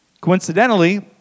Coincidentally